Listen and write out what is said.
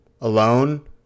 alone